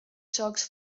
sox